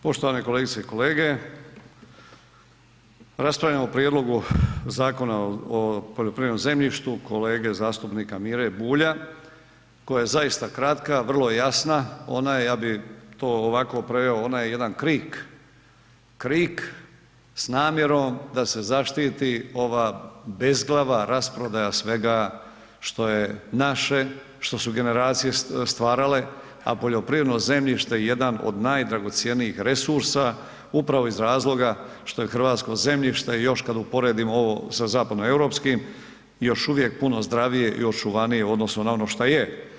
Poštovane kolegice i kolege, raspravljamo o Prijedlogu zakona o poljoprivrednom zemljištu kolege zastupnika Mire Bulja, koja je zaista kratka, vrlo jasna, ona je, ja bi to ovako preveo, ona je jedan krik, krik s namjerom da se zaštiti ova bezglava rasprodaja svega što je naše, što su generacije stvarale, a poljoprivredno zemljište je jedan od najdragocjenijih resursa upravo iz razloga što je hrvatsko zemljište, još kad uporedimo ovo sa zapadno europskim, još uvijek puno zdravije i očuvanije u odnosu na ono šta je.